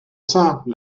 saint